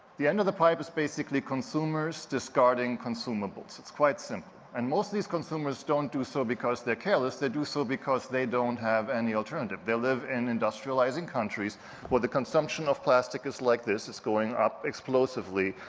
the end of the pipe is basically consumers discarding consumables. it's quite simple. and most of these consumers don't do so because they're careless, they do so because they don't have any alternative. they live in industrializing countries where the consumption of plastic is like this, it's going up explosively,